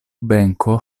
benko